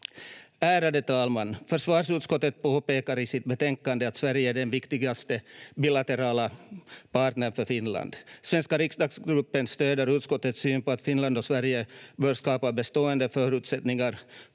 Ärade talman! Försvarsutskottet påpekar i sitt betänkande att Sverige är den viktigaste bilaterala partnern för Finland. Svenska riksdagsgruppen stöder utskottets syn på att Finland och Sverige bör skapa bestående förutsättningar